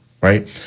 right